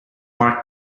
marked